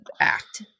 act